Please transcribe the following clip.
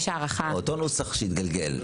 אותו נוסח שהתגלגל.